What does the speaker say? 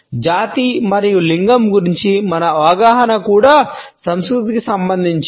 జాతి మరియు లింగం గురించి మన అవగాహన కూడా సంస్కృతికి సంబంధించినది